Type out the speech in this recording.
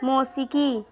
موسیقی